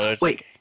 Wait